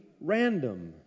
random